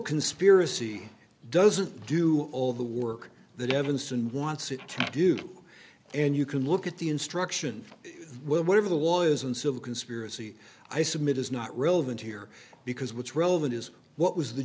conspiracy doesn't do all the work that evanston wants it to do and you can look at the instruction whatever the was in civil conspiracy i submit is not relevant here because what's relevant is what was the